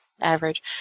average